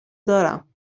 دارم